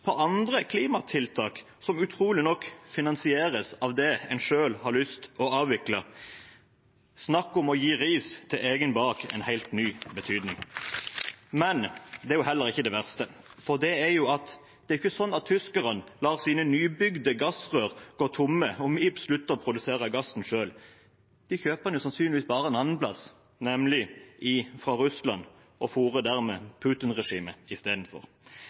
klimatiltak som utrolig nok finansieres av det en selv har lyst til å avvikle. Snakk om å gi ris til egen bak en helt ny betydning. Men det er ikke det verste, for det er jo ikke slik at tyskerne lar sine nybygde gassrør gå tomme om vi slutter å produsere gass. De kjøper den sannsynligvis bare et annet sted, nemlig fra Russland, og fôrer dermed Putin-regimet istedenfor.